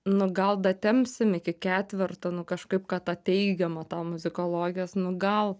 nu gal datempsim iki ketverto nu kažkaip kad tą teigiamą tą muzikologijos nu gal